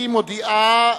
היא מודיעה,